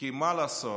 כי מה לעשות,